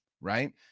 right